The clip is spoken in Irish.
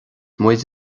muid